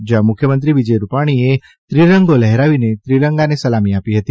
જયાં મુખ્યમંત્રી વિજય રૂપાણીએ ત્રિરંગો લહેરાવીને ત્રિરંગાને સલામી આપી હતી